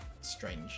strange